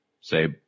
say